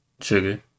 sugar